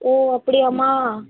ஓ அப்படியாமா